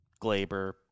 Glaber